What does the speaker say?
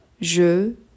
Je